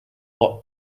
lot